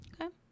Okay